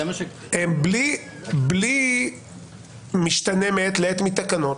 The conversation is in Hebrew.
בלי משתנה מעת לעת מתקנות.